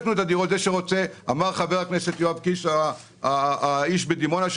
חבר הכנסת יואב קיש דיבר על האיש בדימונה,